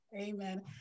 Amen